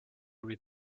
read